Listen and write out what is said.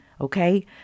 Okay